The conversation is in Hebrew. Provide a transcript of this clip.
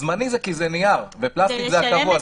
הזמני זה כי זה נייר ופלסטיק זה הקבוע.